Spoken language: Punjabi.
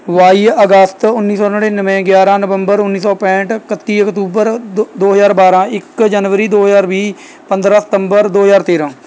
ਬਾਈ ਅਗਸਤ ਉੱਨੀ ਸੌ ਨੜਿਨਵੇਂ ਗਿਆਰ੍ਹਾਂ ਨਵੰਬਰ ਉੱਨੀ ਸੌ ਪੈਂਹਠ ਕੱਤੀ ਅਕਤੂਬਰ ਦ ਦੋ ਹਜ਼ਾਰ ਬਾਰ੍ਹਾਂ ਇੱਕ ਜਨਵਰੀ ਦੋ ਹਜ਼ਾਰ ਵੀਹ ਪੰਦਰ੍ਹਾਂ ਸਤੰਬਰ ਦੋ ਹਜ਼ਾਰ ਤੇਰ੍ਹਾਂ